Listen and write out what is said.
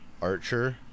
archer